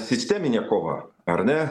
sisteminė kova ar ne